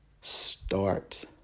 Start